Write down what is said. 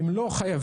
הם לא חייבים.